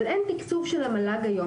אבל אין תקצוב של המל"ג היום,